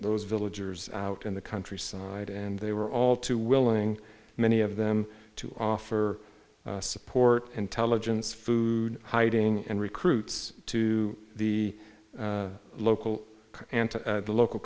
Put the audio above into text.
those villagers out in the countryside and they were all too willing many of them to offer support intelligence food hiding and recruits to the local and the local